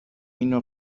اینو